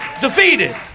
Defeated